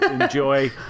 Enjoy